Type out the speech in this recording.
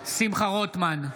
שמחה רוטמן,